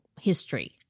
history